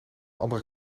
andere